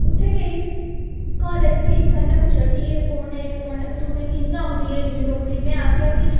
उत्थै गेई कालज गेई सर ने पुच्छेआ एह् कु'न एह् कु'न तुसें गी कि'यां औंदी इन्नी डोगरी में आखेआ कि